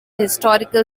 historically